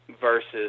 versus